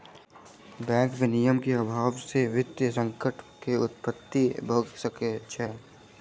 bank विनियमन के अभाव से वित्तीय संकट के उत्पत्ति भ सकै छै